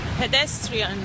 Pedestrian